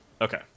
Okay